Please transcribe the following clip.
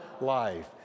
life